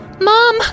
Mom